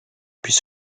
puis